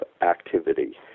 activity